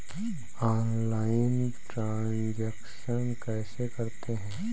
Online transaction कैसे करते हैं?